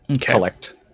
collect